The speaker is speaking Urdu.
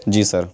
جی سر